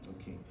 Okay